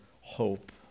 hope